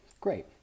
Great